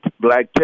black